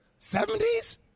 70s